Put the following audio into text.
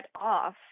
off